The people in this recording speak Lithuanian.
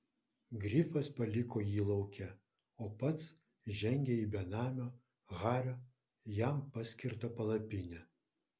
grifas paliko jį lauke o pats žengė į benamio hario jam paskirtą palapinę